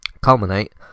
culminate